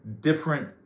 different